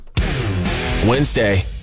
Wednesday